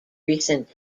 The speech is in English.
recent